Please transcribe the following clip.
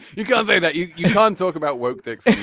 you guys say that you you can't talk about work this